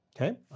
Okay